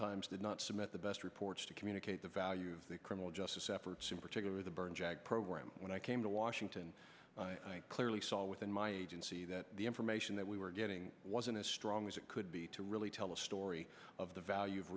times did not submit the best reports to communicate the value of the criminal justice efforts in particular the berne jag program when i came to washington i clearly saw within my agency that the information that we were getting wasn't as strong as it could be to really tell a story of the value of